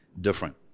different